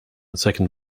second